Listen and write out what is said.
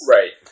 Right